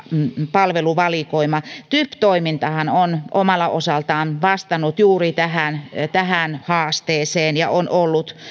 palveluvalikoima typ toimintahan on omalta osaltaan vastannut juuri tähän haasteeseen ja on ollut